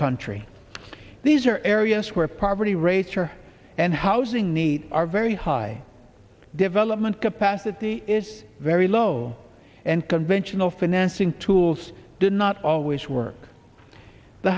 country these are areas where poverty rates are high and housing needs are very high development capacity is very low and conventional financing tools did not always work the